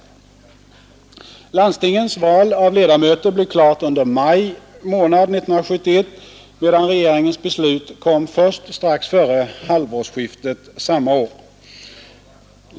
Landstingens val av ledamöter blev klart under maj månad 1971, medan regeringens beslut kom först strax före halvårsskiftet samma år.